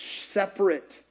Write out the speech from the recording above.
separate